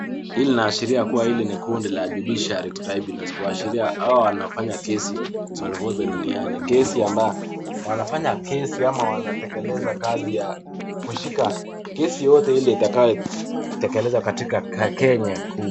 Hili linaashiria kuwa hili ni kundi la Judiciary Tribunals kuashiria kuwa hawa wanafanya kesi mahali wowote duniani, kesi ambayo, wanafanya kesi ama wanatekeleza kazi ya kushika kesi yoyote ile itakayo tekeleza katika kenya kuu.